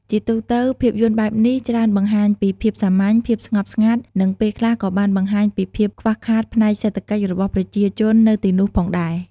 ជាទូទៅភាពយន្តបែបនេះច្រើនបង្ហាញពីភាពសាមញ្ញ ភាពស្ងប់ស្ងាត់ និងពេលខ្លះក៏បានបង្ហាញពីភាពខ្វះខាតផ្នែកសេដ្ឋកិច្ចរបស់ប្រជាជននៅទីនោះផងដែរ ។